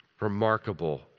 remarkable